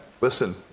Listen